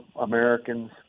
Americans